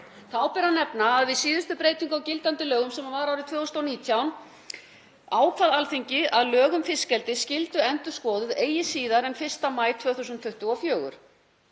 Þá ber að nefna að við síðustu breytingu á gildandi lögum, sem var á árinu 2019, ákvað Alþingi að lög um fiskeldi skyldu endurskoðuð eigi síðar en 1. maí 2024.